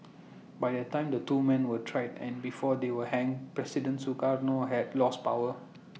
by the time the two men were tried and before they were hanged president Sukarno had lost power